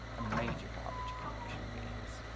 a major garbage collection begins.